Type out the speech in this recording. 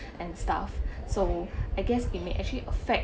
and stuff so I guess it may actually affect